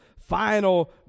final